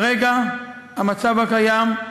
כרגע, במצב הקיים,